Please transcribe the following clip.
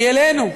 היא עלינו,